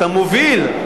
אתה מוביל,